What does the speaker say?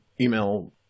email